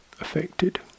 affected